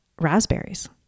raspberries